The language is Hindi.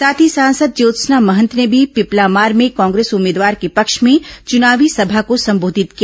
साथ ही सांसद ज्योत्सना महंत ने भी पिपलामार में कांग्रेस उम्मीदवार के पक्ष में चुनावी सभा को संबोधित किया